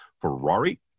Ferrari